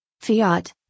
Fiat